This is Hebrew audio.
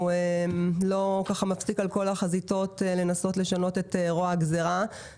הוא לא מפסיק לנסות לשנות את רוע הגזירה בכל החזיתות.